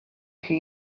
chi